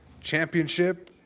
championship